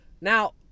Now